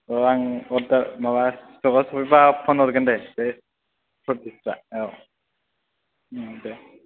औ आं अर्डार माबा स्ट'कआव सफैबा फन हरगोन दे बे बुस्थुआ औ ओम दे